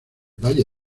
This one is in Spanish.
valle